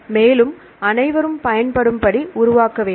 மேலும் அனைவரும் பயன்படும்படி உருவாக்க வேண்டும்